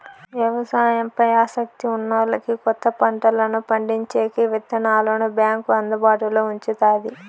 వ్యవసాయం పై ఆసక్తి ఉన్నోల్లకి కొత్త పంటలను పండించేకి విత్తనాలను బ్యాంకు అందుబాటులో ఉంచుతాది